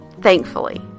thankfully